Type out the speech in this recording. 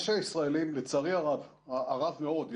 לצערי הרב מאוד,